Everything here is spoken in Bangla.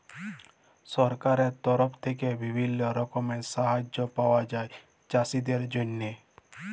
সরকারের তরফ থেক্যে বিভিল্য রকমের সাহায্য পায়া যায় চাষীদের জন্হে